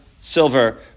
silver